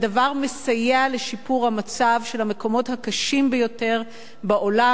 ושהדבר מסייע לשיפור המצב במקומות הקשים ביותר בעולם.